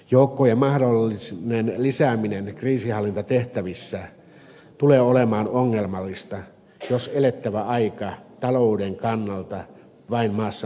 joukkojen mahdollinen lisääminen kriisinhallintatehtävissä tulee olemaan ongelmallista jos elettävä aika talouden kannalta maassamme vain heikkenee